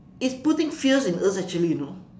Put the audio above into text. it's putting fears in us actually you know